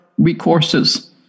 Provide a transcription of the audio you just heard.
recourses